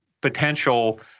potential